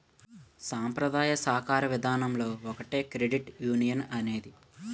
సాంప్రదాయ సాకార విధానంలో ఒకటే క్రెడిట్ యునియన్ అనేది